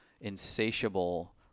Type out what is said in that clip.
insatiable